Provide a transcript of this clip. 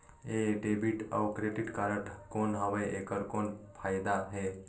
ये डेबिट अउ credit card कौन हवे एकर कौन फाइदा हे?